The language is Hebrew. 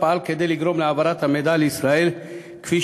הוא פעל כדי לגרום להעברת המידע לישראל,